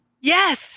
Yes